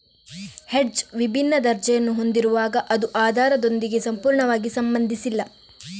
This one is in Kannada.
ಹೆಡ್ಜ್ ವಿಭಿನ್ನ ದರ್ಜೆಯನ್ನು ಹೊಂದಿರುವಾಗ ಅದು ಆಧಾರದೊಂದಿಗೆ ಸಂಪೂರ್ಣವಾಗಿ ಸಂಬಂಧಿಸಿಲ್ಲ